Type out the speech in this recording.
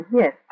yes